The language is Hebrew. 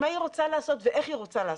מה היא רוצה לעשות ואיך היא רוצה לעשות.